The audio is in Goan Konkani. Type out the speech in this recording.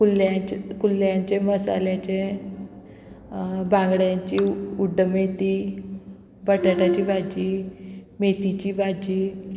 कुल्ल्याचे कुल्ल्यांचे मसाल्याचे बांगड्यांची उड्ड मेथी बटाटाची भाजी मेथीची भाजी